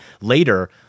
later